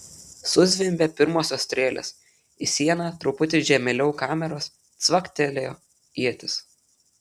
suzvimbė pirmosios strėlės į sieną truputį žemėliau kameros cvaktelėjo ietis